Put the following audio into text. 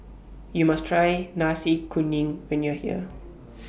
YOU must Try Nasi Kuning when YOU Are here